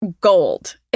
gold